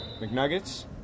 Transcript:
McNuggets